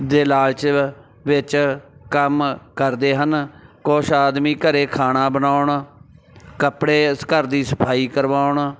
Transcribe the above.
ਦੇ ਲਾਲਚ ਵਿੱਚ ਕੰਮ ਕਰਦੇ ਹਨ ਕੁਛ ਆਦਮੀ ਘਰ ਖਾਣਾ ਬਣਾਉਣ ਕੱਪੜੇ ਇਸ ਘਰ ਦੀ ਸਫਾਈ ਕਰਵਾਉਣ